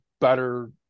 better